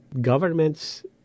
governments